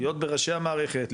להיות בראשי המערכת,